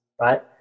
right